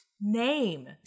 name